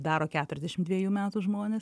daro keturiasdešim dviejų metų žmonės